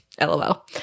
LOL